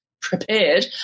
prepared